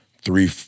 Three